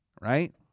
right